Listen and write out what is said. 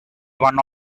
one